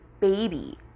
baby